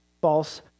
false